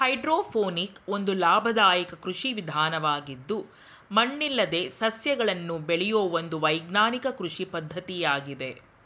hydroponic ಒಂದು ಲಾಭದಾಯಕ ಕೃಷಿ ವಿಧಾನವಾಗಿದ್ದು ಮಣ್ಣಿಲ್ಲದೆ ಸಸ್ಯಗಳನ್ನು ಬೆಳೆಯೂ ಒಂದು ವೈಜ್ಞಾನಿಕ ಕೃಷಿ ಪದ್ಧತಿಯಾಗಿದೆ